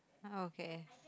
orh okay